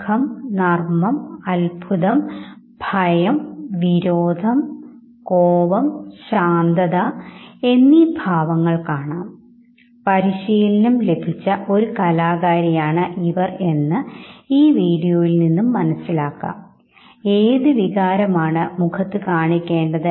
സമാന സാംസ്കാരിക അവസ്ഥകൾ പങ്കിടുന്നവരോടൊപ്പം സിനിമ കാണുമ്പോൾ നമ്മുടെ ഭാവങ്ങൾ അത്തരമൊരു സാംസ്കാരിക പശ്ചാത്തലത്തിൽ നിന്നുകൊണ്ടാണ് പ്രകടിപ്പിക്കപ്പെടുന്നത്